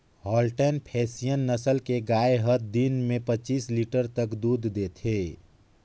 Holstein Friesian नसल के गाय हत दिन में पच्चीस लीटर तक दूद देथे